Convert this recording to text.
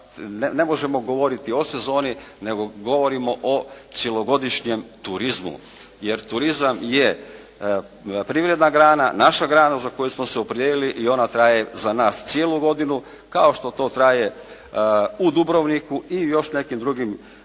ne možemo govoriti o sezoni nego govorimo o cjelogodišnjem turizmu. Jer turizam je privredna grana, naša grana za koju smo se opredijelili i ona traje za nas cijelu godinu kao što to traje u Dubrovniku i još nekim primorskim